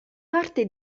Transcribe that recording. parte